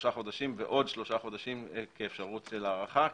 שלושה חודשים ועוד שלושה חודשים כאפשרות להארכה.